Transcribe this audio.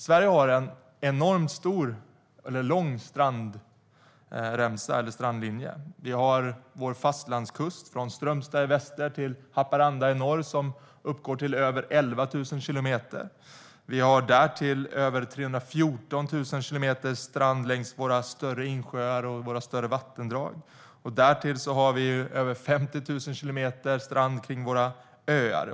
Sverige har en mycket lång strandlinje. Vår fastlandskust från Strömstad i väst till Haparanda i norr uppgår till över 11 000 kilometer. Vi har därtill över 314 000 kilometer strand längs våra större insjöar och vattendrag. Därutöver har vi över 50 000 kilometer strand kring våra öar.